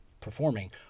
performing